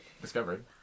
Discovered